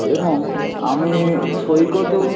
এবং আমি সৈকতও